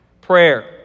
Prayer